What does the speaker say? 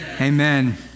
amen